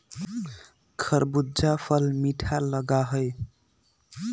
खरबूजा फल मीठा लगा हई